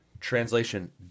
Translation